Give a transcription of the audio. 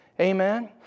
Amen